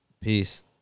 Peace